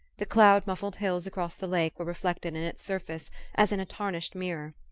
the cloud-muffled hills across the lake were reflected in its surface as in a tarnished mirror.